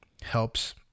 helps